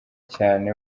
cyane